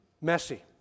messy